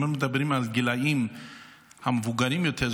אם מדברים על הגילאים המבוגרים יותר,